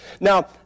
Now